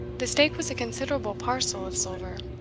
the stake was a considerable parcel of silver.